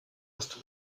ist